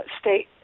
state